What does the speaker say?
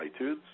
iTunes